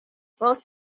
both